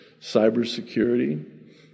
cybersecurity